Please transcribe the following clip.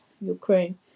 ukraine